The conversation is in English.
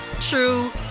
true